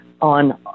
on